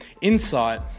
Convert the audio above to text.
insight